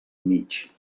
mig